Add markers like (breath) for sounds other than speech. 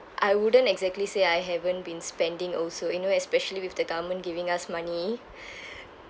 I wouldn't exactly say I haven't been spending also you know especially with the government giving us money (breath)